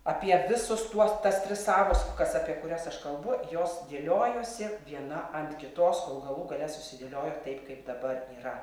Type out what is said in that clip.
apie visus tuos tas tris sąvoskas apie kurias aš kalbu jos dėliojosi viena ant kitos kol galų gale susidėliojo taip kaip dabar yra